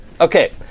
Okay